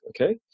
Okay